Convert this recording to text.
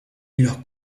los